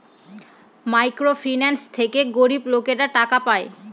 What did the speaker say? micro finance থেকে গরিব লোকেরা টাকা পায়